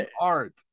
art